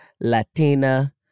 Latina